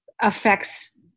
affects